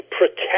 protect